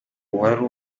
uwari